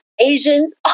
Asians